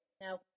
Now